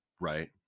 Right